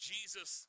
Jesus